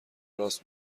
راست